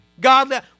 God